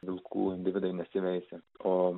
vilkų dvi nesiveisė o